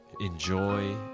enjoy